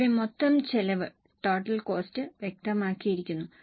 ഇവിടെ മൊത്തം ചെലവ് വ്യക്തമാക്കിയിരിക്കുന്നു